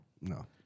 No